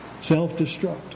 Self-Destruct